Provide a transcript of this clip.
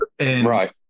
Right